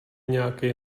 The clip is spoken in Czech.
nějakej